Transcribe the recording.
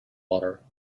water